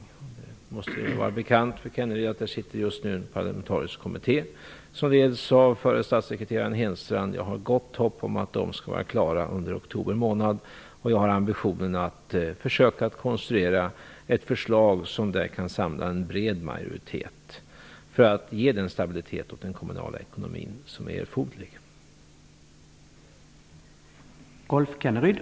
Det måste vara bekant för Rolf Kenneryd att det just nu sitter en parlamentarisk kommitté som leds av förre statssekreteraren Enstrand. Jag har gott hopp om att de skall vara klara under oktober månad. Jag har ambitionen att försöka konstruera ett förslag som kan samla en bred majoritet för att ge den stabilitet åt den kommunala ekonomin som är erforderlig.